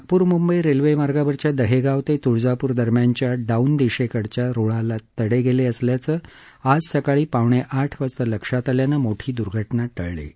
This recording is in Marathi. नागपूर मुंबई रेल्वेमार्गावरच्या दहेगाव ते तुळजापूर दरम्यानच्या डाऊन दिशेकडच्या रुळाला तडे गेले असल्याचं आज सकाळी पावणे आठ वाजता लक्षात आल्यानं मोठी दुर्घटना टळली आहे